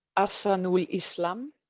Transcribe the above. us and will islam.